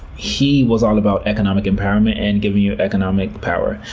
he was all about economic empowerment and giving you economic power.